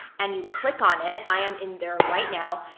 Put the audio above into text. and you click on it. i am in there right now.